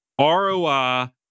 ROI